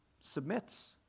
submits